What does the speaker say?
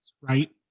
right